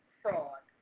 fraud